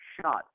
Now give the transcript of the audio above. shot